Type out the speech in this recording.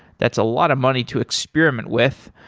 that's a lot of money to experiment with.